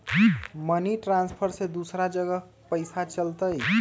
Money transfer से दूसरा जगह पईसा चलतई?